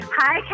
hi